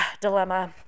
Dilemma